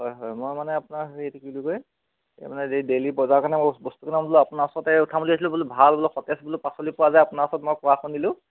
হয় হয় মই মানে আপোনাৰ হেৰি এইটো কি বুলি এই মানে যে ডেইলি বজাৰ কাৰণে মই বস্তু কেইটামান বোলো আপোনাৰ ওচৰতে উঠাম বুলি ভাবিছিলোঁ বোলো ভাল অলপ সতেজ বোলো পাচলি পোৱা যায় আপোনাৰ ওচৰত মই কোৱা শুনিলোঁ